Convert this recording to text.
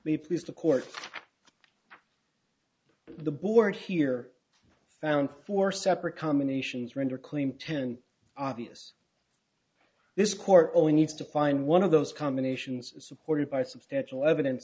we pleased the court the board here found four separate combinations render claim ten obvious this court only needs to find one of those combinations supported by substantial evidence